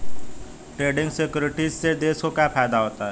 Trading securities से देश को क्या फायदा होता है?